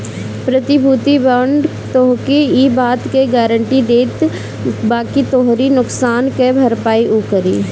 प्रतिभूति बांड तोहके इ बात कअ गारंटी देत बाकि तोहरी नुकसान कअ भरपाई उ करी